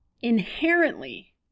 inherently